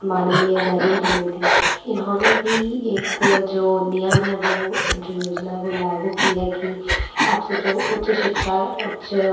माननीय नरेंद्र मोदी इन्होंने भी एक जो नियम है वो जो योजना है लागू की है कि अब से जो उच्च शिक्षा उच्च